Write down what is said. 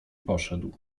poszedł